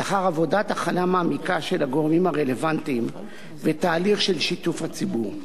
לאחר עבודת הכנה מעמיקה של הגורמים הרלוונטיים ותהליך של שיתוף הציבור.